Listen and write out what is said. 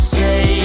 say